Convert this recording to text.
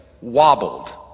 wobbled